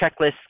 checklist